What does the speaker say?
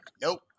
nope